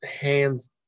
hands